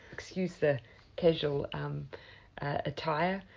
excuse the casual attire.